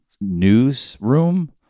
newsroom